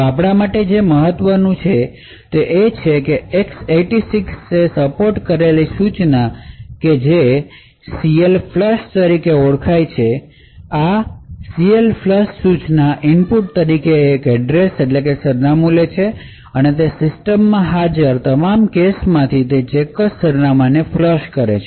તો આપણા માટે જે મહત્ત્વનું છે તે છે X 86 સપોર્ટ કરેલી સૂચના જે CLFLUSH તરીકે ઓળખાય છે આ CLFLUSHસૂચના ઇનપુટ તરીકે એક સરનામું લે છે અને તે સિસ્ટમ માં હાજર તમામ કેશમાંથી તે ચોક્કસ સરનામાંને ફ્લશ કરે છે